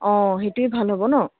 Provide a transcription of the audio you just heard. অ সেইটোৱে ভাল হ'ব ন'